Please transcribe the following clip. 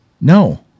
No